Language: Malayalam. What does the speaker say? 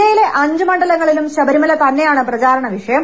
ജില്ലയിലെ അഞ്ച് മണ്ഡലങ്ങളിലും ശബരിമല തന്നെയാണ് പ്രചാരണ വിഷയം